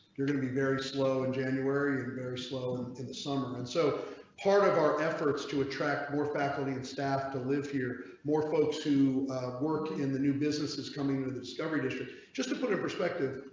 you're going to be very slow in january or very slow and in the summer. and so part of our efforts to attract more faculty and staff to live here more folks who work in the new businesses coming to the discovery district just to put in perspective.